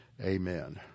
Amen